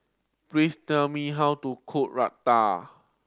please tell me how to cook Raita